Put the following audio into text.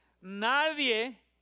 Nadie